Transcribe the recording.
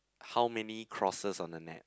how many crosses on the net